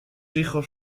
hijos